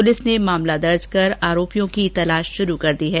police ने मामला दर्ज कर आरोपी की तलाश शुरू कर दी है